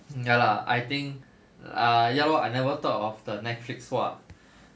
ya lah I think ah ya lor I never thought of the netflix !wah!